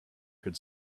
could